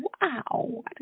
Wow